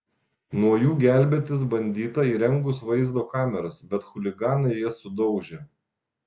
nuo jų gelbėtis bandyta įrengus vaizdo kameras bet chuliganai jas sudaužė